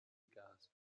gas